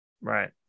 Right